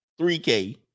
3K